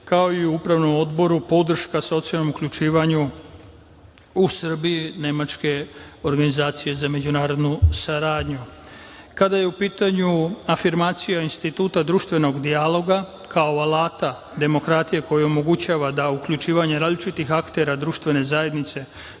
kao i u Upravnom odboru podrška socijalnom uključivanju u Srbiji nemačke organizacije za međunarodnu saradnju. Kada je u pitanju afirmacija instituta društvenog dijaloga, kao alata demokratije, koji omogućava da uključivanje različitih aktera društvene zajednice